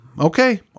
Okay